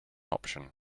option